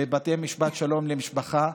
בבתי משפט שלום למשפחה,